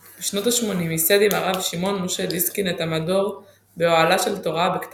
כלליים בשבוע האחד ביידיש בהיכל בית המדרש המרכזי של הישיבה,